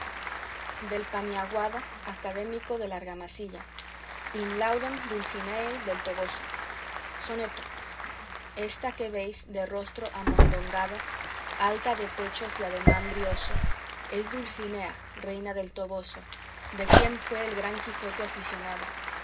del paniaguado académico de la argamasilla in laudem dulcineae del toboso soneto esta que veis de rostro amondongado alta de pechos y ademán brioso es dulcinea reina del toboso de quien fue el gran quijote aficionado